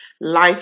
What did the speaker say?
life